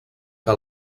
que